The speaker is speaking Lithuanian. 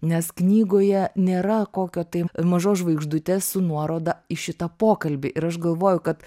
nes knygoje nėra kokio tai mažos žvaigždutės su nuoroda į šitą pokalbį ir aš galvoju kad